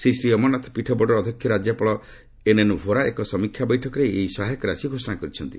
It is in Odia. ଶ୍ରୀ ଶ୍ରୀ ଅମରନାଥ ପୀଠ ବୋର୍ଡର ଅଧ୍ୟକ୍ଷ ରାଜ୍ୟପାଳ ଏନଏନ ଭୋରା ଏକ ସମୀକ୍ଷା ବୈଠକବେଳେ ଏହି ସହାୟକ ରାଶି ଘୋଷଣା କରିଛନ୍ତି